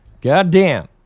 Goddamn